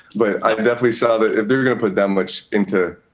but i definitely saw that if they're going to put that much into.